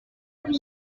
for